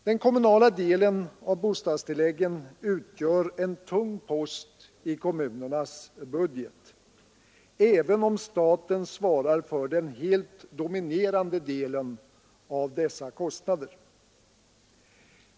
Den kommunala delen av bostadstilläggen utgör en tung post i kommunernas budget, även om staten svarar för den helt dominerande delen av dessa kostnader.